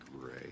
great